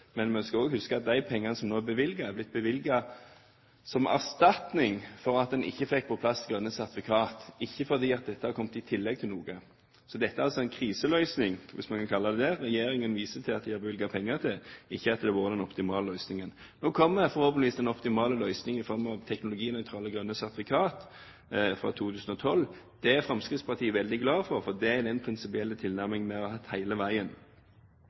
Men vi skal òg huske at de pengene som nå er bevilget, er bevilget som erstatning for at en ikke fikk på plass grønne sertifikat, ikke fordi dette er kommet i tillegg til noe. Dette er altså en kriseløsning, hvis vi kan kalle det for det. Regjeringen viser til at de har bevilget penger, ikke at det har vært den optimale løsningen. Nå kommer forhåpentligvis den optimale løsningen framover, med teknologinøytrale, grønne sertifikat fra 2012. Det er Fremskrittspartiet veldig glad for, for det er den prinsipielle tilnærmingen vi har hatt hele veien.